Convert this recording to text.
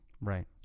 Right